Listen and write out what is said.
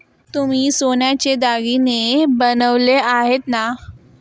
तुम्ही सोन्याचे दागिने बनवले आहेत ना?